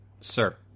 Sir